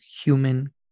human